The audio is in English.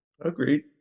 Agreed